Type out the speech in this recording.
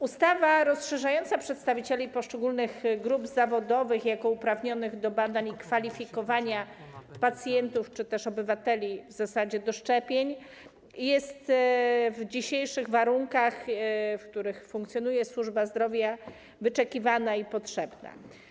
Ustawa rozszerzająca przedstawicieli poszczególnych grup zawodowych jako uprawnionych do badań i kwalifikowania pacjentów czy też obywateli w zasadzie do szczepień jest w dzisiejszych warunkach, w których funkcjonuje służba zdrowia, wyczekiwana i potrzebna.